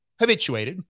habituated